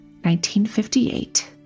1958